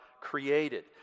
created